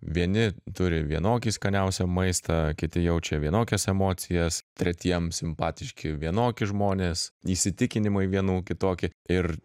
vieni turi vienokį skaniausią maistą kiti jaučia vienokias emocijas tretiems simpatiški vienoki žmonės įsitikinimai vienų kitoki ir